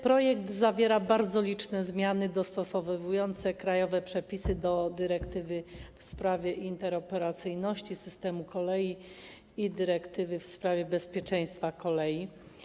Projekt zawiera bardzo liczne zmiany dostosowujące krajowe przepisy do dyrektywy w sprawie interoperacyjności systemu kolei i dyrektywy w sprawie bezpieczeństwa kolei.